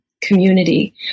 community